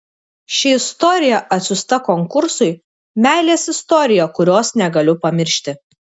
ši istorija atsiųsta konkursui meilės istorija kurios negaliu pamiršti